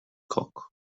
cock